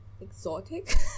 Exotic